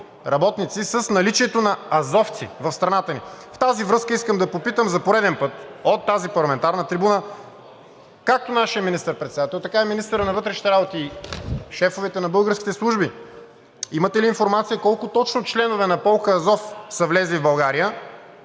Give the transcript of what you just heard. работници, с наличието на азовци в страната ни. В тази връзка искам да попитам за пореден път от тази парламентарна трибуна както нашия министър-председател, така и министъра на вътрешните работи, шефовете на българските служби: имате ли информация колко точно членове на полка „Азов“ са влезли в България